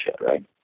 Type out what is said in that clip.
right